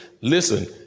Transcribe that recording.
listen